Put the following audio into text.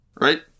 right